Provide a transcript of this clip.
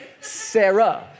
Sarah